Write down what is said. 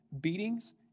beatings